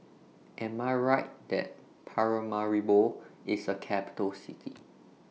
Am I Right that Paramaribo IS A Capital City